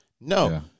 No